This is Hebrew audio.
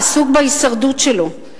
עסוק בהישרדות שלו.